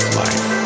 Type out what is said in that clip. life